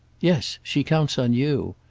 yes she counts on you.